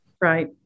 right